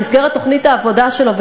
במסגרת תוכנית העבודה שלו,